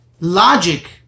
Logic